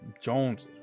Jones